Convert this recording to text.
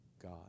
God